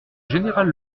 général